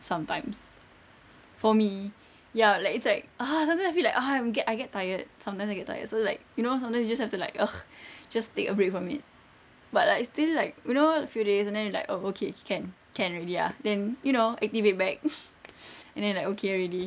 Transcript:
sometimes for me ya like it's like ah sometimes I feel like ah I get I get tired sometimes I get tired so like you know sometimes you just have to like uh just take a break from it but like it's still like you know a few days and then like oh okay can can already ah then you know activate back and then like okay already